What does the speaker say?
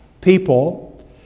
people